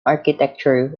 architecture